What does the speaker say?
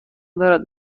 دارد